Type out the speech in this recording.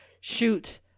shoot